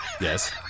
yes